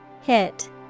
Hit